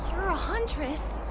huntress!